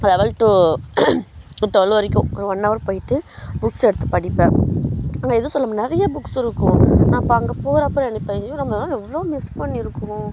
eleven to twelve வரைக்கும் ஒரு one hour போயிட்டு புக்ஸ் எடுத்து படிப்பேன் ஆனால் எதுவும் நிறைய புக்ஸ் இருக்கும் நான் இப்போ அங்கே போகிறப்ப நான் இப்போ ஐயோ நம்ம இவ்வளோ நாள் எவ்வளோ மிஸ் பண்ணியிருக்கறோம்